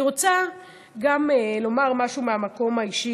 אני רוצה גם לומר משהו מהמקום האישי,